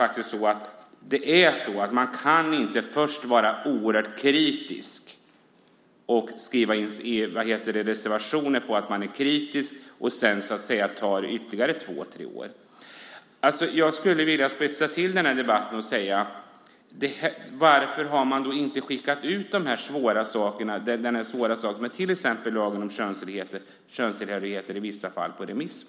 Det går inte att först vara oerhört kritisk och skriva reservationer för att det sedan ska ta ytterligare två tre år. Jag skulle vilja spetsa till debatten. Varför har man inte skickat ut dessa svåra frågor, till exempel lagen om fastställande av könstillhörighet i vissa fall, på remiss?